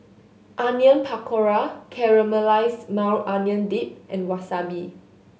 Onion Pakora Caramelized Maui Onion Dip and Wasabi